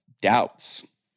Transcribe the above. doubts